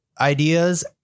ideas